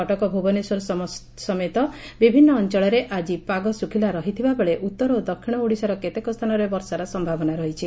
କଟକ ଭୁବନେଶ୍ୱର ସମେତ ବିଭିନ୍ନ ଅଞ୍ଚଳରେ ଆକି ପାଗ ଶୁଖ୍ୱଲା ରହିଥିବାବେଳେ ଉତ୍ତର ଓ ଦକ୍ଷିଣ ଓଡ଼ିଶାର କେତେକ ସ୍ରାନରେ ବର୍ଷାର ସମ୍ଭାବନା ରହିଛି